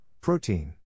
Protein